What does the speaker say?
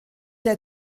der